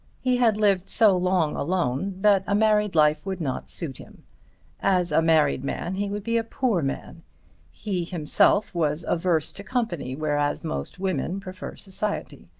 he had lived so long alone that a married life would not suit him as a married man he would be a poor man he himself was averse to company, whereas most women prefer society.